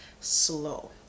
slow